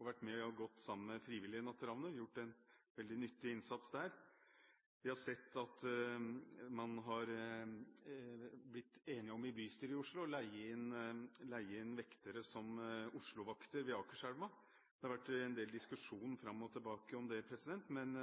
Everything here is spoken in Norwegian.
og vært med og gått sammen med frivillige natteravner – gjort en veldig nyttig innsats der. Vi har sett at man i bystyret i Oslo har blitt enig om å leie inn vektere som Oslo-vakter ved Akerselva. Det har vært en del diskusjon fram og tilbake om det, men